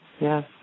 Yes